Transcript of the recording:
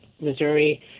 Missouri